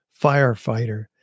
firefighter